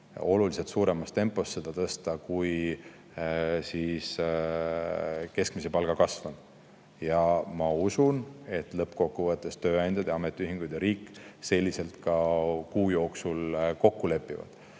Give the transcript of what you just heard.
oluliselt suuremas tempos [tuleks] seda tõsta, kui on keskmise palga kasv. Ma usun, et lõppkokkuvõttes tööandjad, ametiühingud ja riik selliselt ka kuu jooksul kokku lepivad.